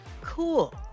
Cool